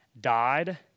died